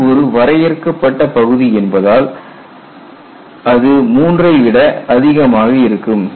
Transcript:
இது ஒரு வரையறுக்கப்பட்ட பகுதி என்பதால் அது 3 ஐ விட அதிகமாக இருக்கும்